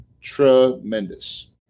tremendous